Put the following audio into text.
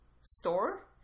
store